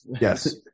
Yes